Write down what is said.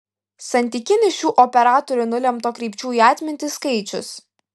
santykinis šių operatorių nulemto kreipčių į atmintį skaičius